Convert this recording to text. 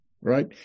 right